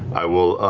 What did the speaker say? i will